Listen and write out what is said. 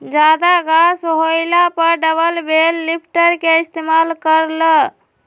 जादा घास होएला पर डबल बेल लिफ्टर के इस्तेमाल कर ल